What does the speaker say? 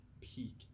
peak